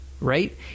Right